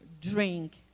drink